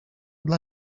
dla